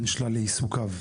בין שלל עיסוקיו.